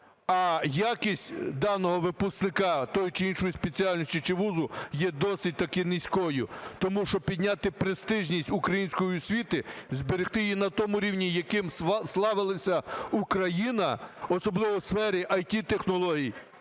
а якість даного випускника тої чи іншої спеціальності чи вузу є досить таки низькою. Тому, щоб підняти престижність української освіти, зберегти її на тому рівні, яким славилась Україна, особливо у сфері ІТ-технологій,